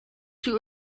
two